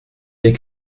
des